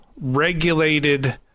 regulated